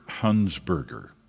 Hunsberger